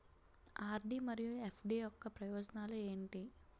RD మరియు FD యొక్క ప్రయోజనాలు ఏంటి?